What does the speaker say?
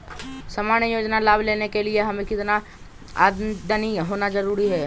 सामान्य योजना लाभ लेने के लिए हमें कितना के आमदनी होना जरूरी है?